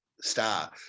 star